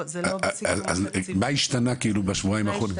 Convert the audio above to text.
אז מה השתנה כאילו בשבועיים האחרונים?